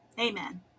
Amen